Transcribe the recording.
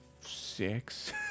six